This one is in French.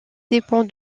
dépend